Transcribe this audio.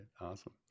Awesome